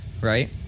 right